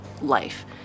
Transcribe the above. life